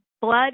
blood